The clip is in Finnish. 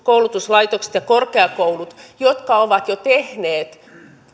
koulutuslaitoksia ja ja korkeakouluja jotka ovat jo tehneet